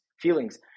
feelings